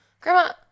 grandma